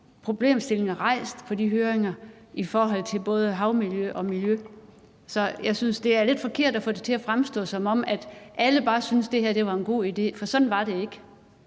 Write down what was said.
problemstillinger på de høringer i forhold til både havmiljø og miljø. Så jeg synes, det er lidt forkert at få det til at fremstå, som om alle bare syntes, at det her var en god idé, for sådan var det ikke.